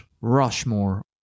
rushmore